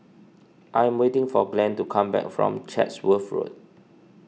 I am waiting for Glenn to come back from Chatsworth Road